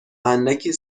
اندکی